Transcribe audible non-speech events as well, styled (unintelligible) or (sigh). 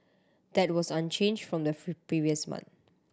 that was unchanged from the (unintelligible) previous month